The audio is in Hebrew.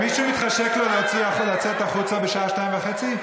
מישהו מתחשק לו לצאת החוצה בשעה 02:30?